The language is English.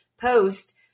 post